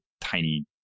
tiny